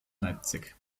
leipzig